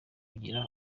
ugira